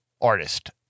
artist